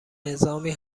نظامی